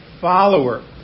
follower